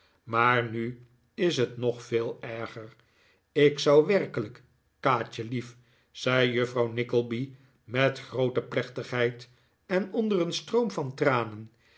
maar nu is het nog veel erger ik zou werkelijk kaatjelief zei juffrouw nickleby met groote plechtigheid en onder een stroom van tranen